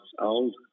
old